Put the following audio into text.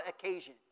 occasion